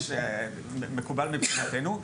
מקובל מבחינתנו.